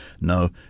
No